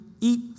eat